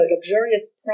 luxurious